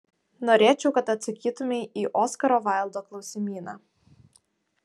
norėčiau kad atsakytumei į oskaro vaildo klausimyną